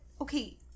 okay